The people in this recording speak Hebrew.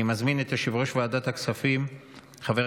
אני מזמין את יושב-ראש ועדת הכספים חבר